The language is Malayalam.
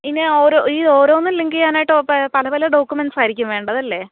ഇനി ഓരോ ഇത് ഓരോന്നും ലിങ്ക് ചെയ്യാനായിട്ട് ഓ പ്പയ പല പല ഡോക്യുമെന്സായിരിക്കും വേണ്ടതല്ലേ